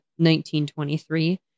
1923